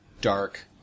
dark